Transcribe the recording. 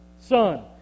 son